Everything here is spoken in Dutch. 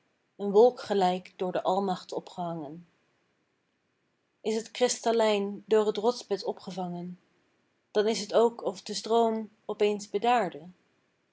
een wolk gelijk door de almacht opgehangen is t kristallijn door t rotsbed opgevangen dan is t of ook de stroom opeens bedaarde